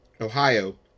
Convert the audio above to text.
Ohio